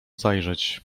zajrzeć